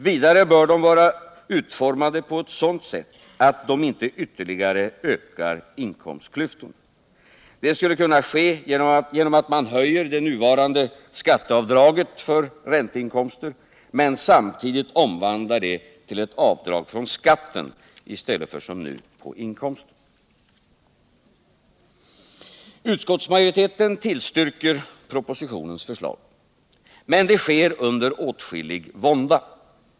Vidare bör de vara utformade på et sådant sätt att de inte ytterligare ökar inkomstklyftorna. Det skulle kunna ske genom att man höjer det nuvarande skatteavdraget för ränteinkomster men samtidigt omvandlar det till ett avdrag från skatten i stället för som nu från inkomsten. Utskottsmajoriteten tillstyrker propositionens förslag. Men det sker under åtskillig vånda.